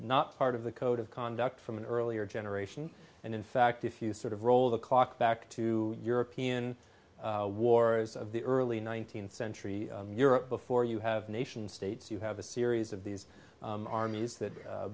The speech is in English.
not part of the code of conduct from an earlier generation and in fact if you sort of roll the clock back to european wars of the early nineteenth century europe before you have nation states you have a series of these armies that